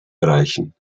erreichen